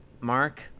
mark